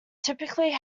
typically